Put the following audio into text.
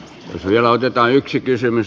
jos vielä otetaan yksi kysymys